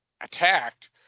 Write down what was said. attacked